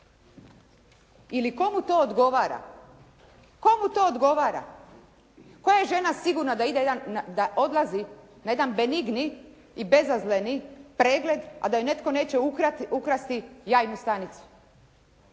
Ili kome to odgovara? Koja je žena sigurna da odlazi na jedan benigni i bezazleni pregled a da joj netko neće ukrasti jajnu stanicu?